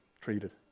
treated